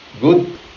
good